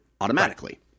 automatically